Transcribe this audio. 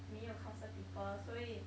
没有 counsel people 所以